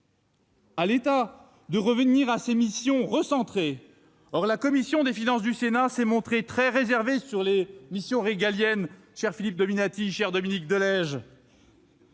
à l'État, le retour à ses missions recentrées. Or la commission des finances du sénat s'est montrée très réservée sur les missions régaliennes ; Philippe Dominati et Dominique de Legge